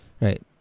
right